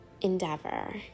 endeavor